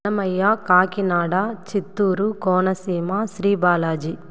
Annamayya Kakinada Chittoor Konaseema Sri Balaji